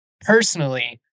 personally